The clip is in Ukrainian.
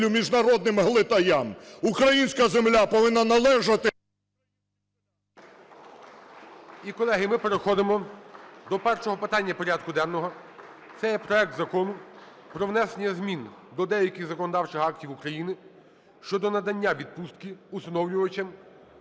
І, колеги, ми переходимо до першого питання порядку денного – це є проект Закону про внесення змін до деяких законодавчих актів України щодо надання відпустки усиновлювачам